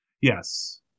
Yes